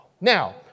Now